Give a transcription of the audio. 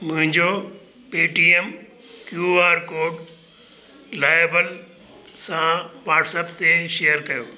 मुंहिंजो Paytm Q R code लाइबल सां व्हाट्सएप ते शेयर कयो